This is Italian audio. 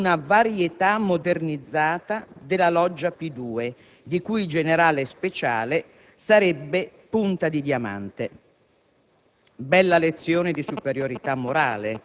Leggo su «la Repubblica»: «... contro una varietà modernizzata della loggia P2, di cui il generale Speciale sarebbe punta di diamante».